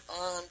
on